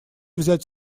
взять